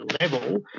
level